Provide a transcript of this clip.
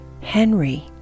Henry